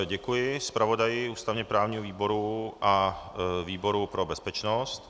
Děkuji zpravodaji ústavněprávního výboru a výboru pro bezpečnost.